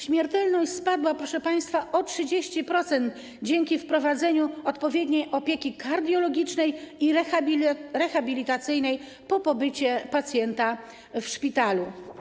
Śmiertelność spadła, proszę państwa, o 30% dzięki wprowadzeniu odpowiedniej opieki kardiologicznej i rehabilitacyjnej po pobycie pacjenta w szpitalu.